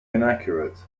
inaccurate